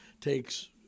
takes